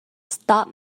stop